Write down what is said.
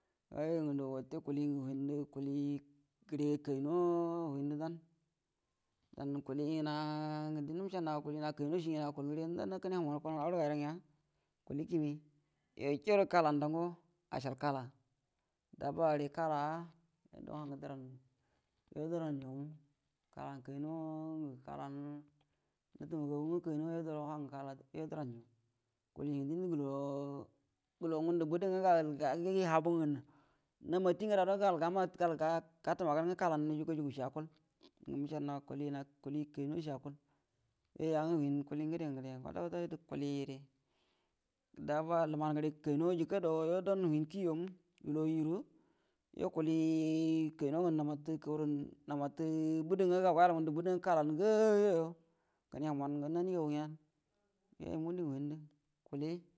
Ga yuoyo wate do kuliengə huinnə, kulie gəre kainowa huində dan dandə kulie ngana gə wanə diendə məcəanawa kulie ngna kainowa cie akual, gəre dau’a humu’an kuraw narə ga yuro ngəa, kulie kimie yo jauro kalan danugoe acəal kala dabba gəre kala, dou whangə gə dəranmu yuo dəran yumu kalan kui no ngə kalan natəmagagu ngwə kainowa dou whangə gə yuo dəran yoyumu, kulie yu diendə guluwa, nguud bədə ngwə, gal gagegiə habungə namat gəra guro gal gatə magan ngwə kala gujugucie akual, ngə ma̱cəanaw kulie, ngn kulie kainocie akul yuoyu yangwə huin kuilie ngəda ngədaya kwata kwata dou kulie ngəde dou dabba ləman gərə kaino jəkə dau huin kiyi yo mu helloyi yuerə yu kulie kaino ngə namautə kagura damatə budu ngwə gal gayel ngundə budu ngwə kalan ga’a yo kəne humu’an nanie gan ngəa.